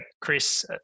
Chris